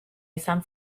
izan